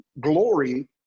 glory